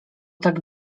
tak